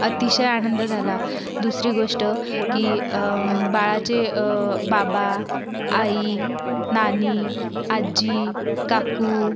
अतिशय आनंद झाला दुसरी गोष्ट की बाळाचे बाबा आई नानी आजी काकू